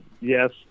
Yes